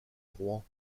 rouen